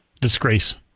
Disgrace